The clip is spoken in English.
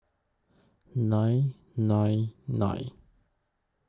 nine nine nine